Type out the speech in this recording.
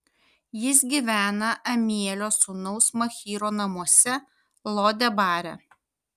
jis gyvena amielio sūnaus machyro namuose lo debare